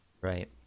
Right